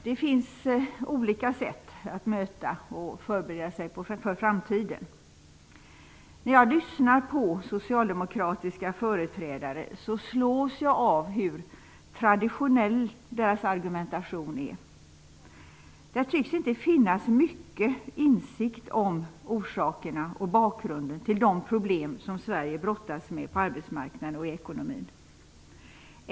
Det finns olika sätt att möta och förbereda sig för framtiden. När jag lyssnar på socialdemokratiska företrädare slås jag av hur traditionell deras argumentation är. Där tycks inte finnas mycket av insikt om orsaken och bakgrunden till de problem som Sverige brottas med på arbetsmarknaden och i ekonomin.